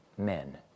Men